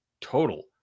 total